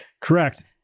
Correct